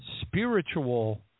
spiritual